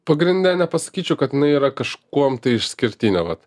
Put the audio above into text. pagrinde nepasakyčiau kad jinai yra kažkuom išskirtinė vat